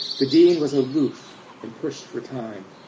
the dean was aloof and pushed for time.